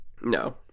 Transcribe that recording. No